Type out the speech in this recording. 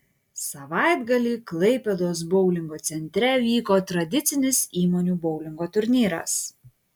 savaitgalį klaipėdos boulingo centre vyko tradicinis įmonių boulingo turnyras